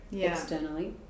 externally